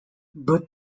but